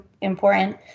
important